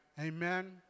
Amen